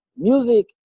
music